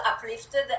uplifted